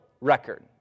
record